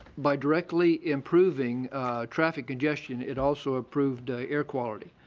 by directly improving traffic congestion it also improved air quality.